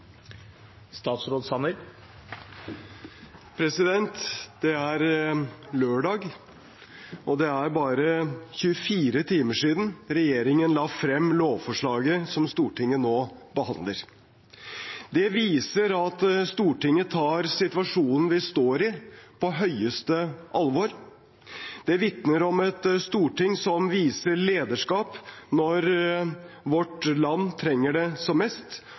han refererte til. Det er lørdag, og det er bare 24 timer siden regjeringen la frem lovforslaget som Stortinget nå behandler. Det viser at Stortinget tar situasjonen vi står i, på høyeste alvor. Det vitner om et storting som viser lederskap når vårt land trenger det som mest,